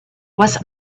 was